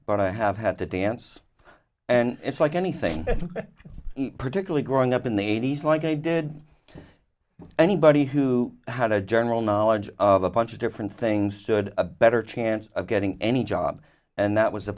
but i have had to dance and it's like anything particularly growing up in the eighty's like i did anybody who had a general knowledge of a bunch of different things stood a better chance of getting any job and that was a